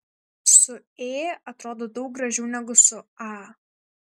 su ė atrodo daug gražiau negu su a